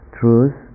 truth